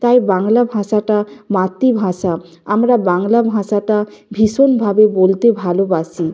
তাই বাংলা ভাষাটা মাতৃভাষা আমরা বাংলা ভাষাটা ভীষণভাবে বলতে ভালোবাসি